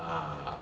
ah